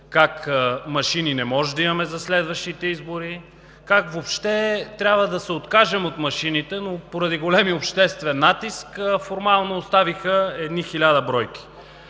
как машини не можем да имаме за следващите избори, как трябва въобще да се откажем от машините, но поради големия обществен натиск формално оставиха едни 1000 бройки.